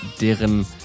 deren